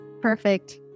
perfect